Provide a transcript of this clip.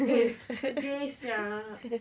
!hey! sedih sia